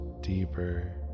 deeper